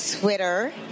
Twitter